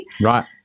Right